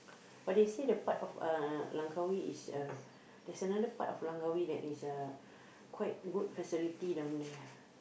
but they say the part of uh Langkawi is uh there's another part of Langkawi that is uh quite good facility down there ah